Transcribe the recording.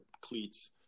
cleats